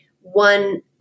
one